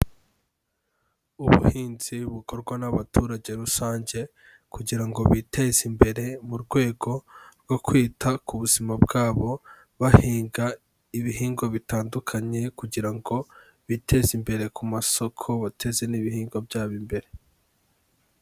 Ubuhinzi bukorwa n'abaturage rusange, kugira ngo biteze imbere mu rwego rwo kwita ku buzima bwabo, bahinga ibihingwa bitandukanye kugira ngo biteze imbere ku masoko, bateze n'ibihingwa byabo imbere.